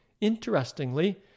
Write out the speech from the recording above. Interestingly